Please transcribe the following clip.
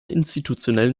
institutionellen